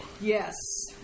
Yes